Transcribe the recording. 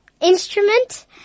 instrument